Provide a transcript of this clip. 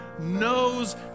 knows